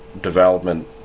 development